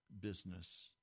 business